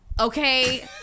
Okay